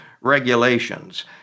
regulations